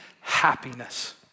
happiness